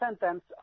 sentence